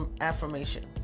affirmation